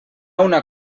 una